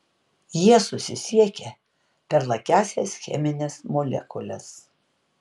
jie susisiekia per lakiąsias chemines molekules